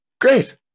Great